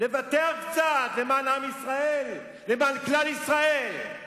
לוותר קצת למען עם ישראל, למען כלל ישראל.